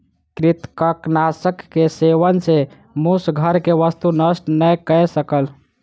कृंतकनाशक के सेवन सॅ मूस घर के वस्तु नष्ट नै कय सकल